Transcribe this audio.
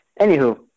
anywho